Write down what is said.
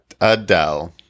Adele